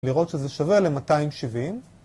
לראות שזה שווה ל-270.